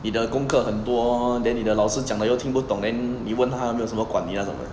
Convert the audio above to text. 你的功课很多 then 你的老师讲的又听不懂 then 你问他没有什么管你这种的